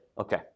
okay